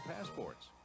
passports